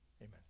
amen